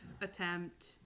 attempt